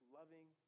loving